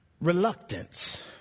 reluctance